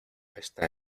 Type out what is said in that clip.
está